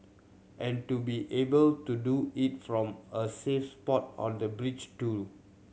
and to be able to do it from a safe spot on a bridge too